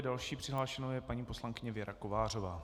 Další přihlášenou je paní poslankyně Věra Kovářová.